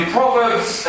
Proverbs